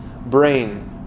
brain